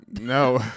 No